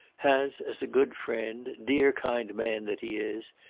has, as a good friend, dear kind man that he is,